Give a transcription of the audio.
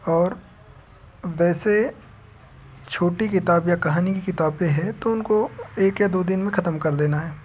और वैसे छोटी किताब या कहानी की किताबें हैं तो उनको एक या दो दिन में खतम कर देना है